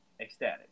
ecstatic